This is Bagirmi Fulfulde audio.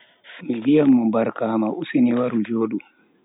Mi viyan mo barkaam useni waru jodu.